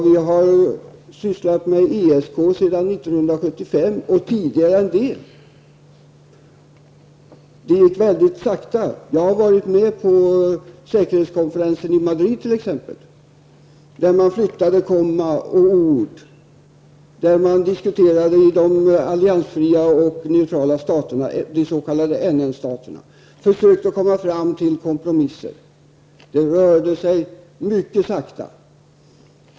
Vi har arbetat inom ESK sedan 1975 och t.o.m. tidigare än så. Arbetet har dock gått mycket långsamt. Jag deltog exempelvis i säkerhetskonferensen i Madrid, där man ägnade sig åt att flytta kommatecken och ord i texterna. De alliansfria och neutrala staterna, de s.k. NN-staterna, försökte uppnå kompromisslösningar. Det rörde sig mycket sakta.